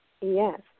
Yes